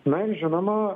na ir žinoma